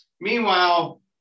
meanwhile